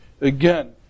Again